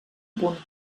punt